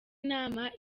nama